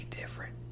different